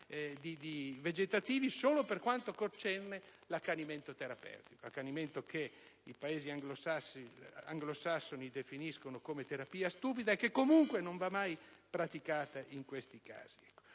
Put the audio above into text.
vegetativi, solo per quanto concerne l'accanimento terapeutico, che i Paesi anglosassoni definiscono come terapia stupida e che comunque non va mai praticata in questi casi: